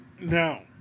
Now